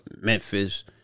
Memphis